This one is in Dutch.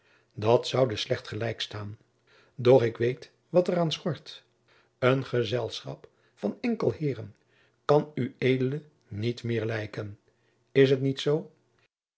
dat zoude slecht gelijk staan doch ik weet wat er aan schort een gezelschap van enkel heeren kan ued niet meer lijken is t niet zoo